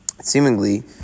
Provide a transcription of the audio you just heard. seemingly